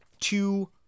two